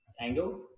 angle